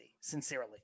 sincerely